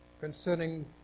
concerning